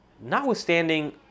Notwithstanding